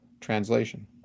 translation